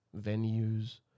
venues